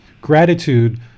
Gratitude